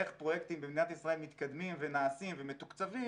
איך פרויקטים במדינת ישראל מתקדמים ונעשים ומתוקצבים,